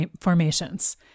formations